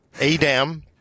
Adam